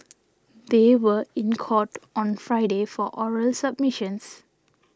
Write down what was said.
they were in court on Friday for oral submissions